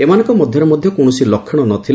ଏମାନଙ୍କ ମଧ୍ୟରେ ମଧ୍ୟ କୌଣସି ଲକ୍ଷଣ ନ ଥିଲା